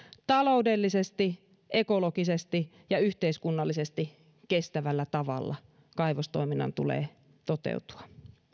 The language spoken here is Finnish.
taloudellisesti ekologisesti ja yhteiskunnallisesti kestävällä tavalla kaivostoiminnan tulee toteutua